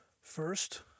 First